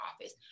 office